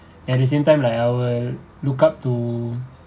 at the same time like I will look up to